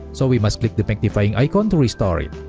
so, we must click the magnifying icon to restore it.